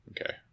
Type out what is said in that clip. okay